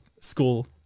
school